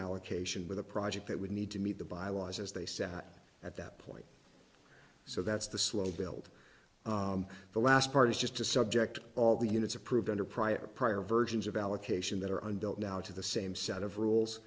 allocation with a project that would need to meet the bylaws as they sat at that point so that's the slow build the last part is just to subject all the units approved under prior prior versions of allocation that are on don't now to the same set of rules